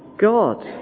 God